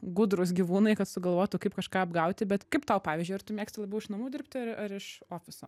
gudrūs gyvūnai kad sugalvotų kaip kažką apgauti bet kaip tau pavyzdžiui ar tu mėgsti labiau iš namų dirbti ar ar iš ofiso